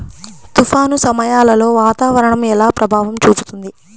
తుఫాను సమయాలలో వాతావరణం ఎలా ప్రభావం చూపుతుంది?